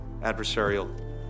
adversarial